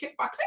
kickboxing